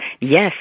yes